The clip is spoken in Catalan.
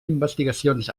investigacions